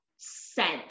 scent